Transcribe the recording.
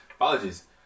Apologies